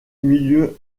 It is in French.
milieu